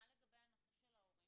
מה לגבי הנושא של ההורים?